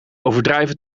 overdrijven